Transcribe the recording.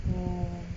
oh